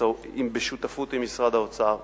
בשותפות עם משרד האוצר,